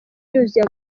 yuzuye